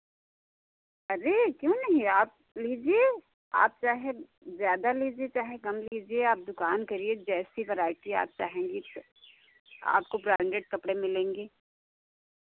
अरे क्यों नहीं आप लीजिए आप चाहे ज़्यादा लीजिए चाहे कम लीजिए आप दुकान करिए जैसी वराइटी आप चाहेंगी तो आपको ब्राण्डेड कपड़े मिलेंगे